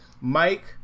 Mike